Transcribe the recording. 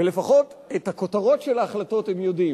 ולפחות את הכותרות של ההחלטות הם יודעים.